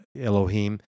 Elohim